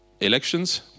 Elections